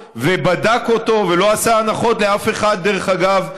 ובדק אותו ולא עשה הנחות לאף אחד מאיתנו,